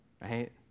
right